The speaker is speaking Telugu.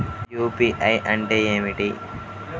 యూ.పీ.ఐ అంటే ఏమిటి?